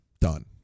done